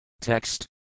Text